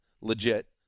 legit